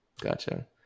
gotcha